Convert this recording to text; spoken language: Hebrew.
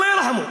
אללה ירחמהום.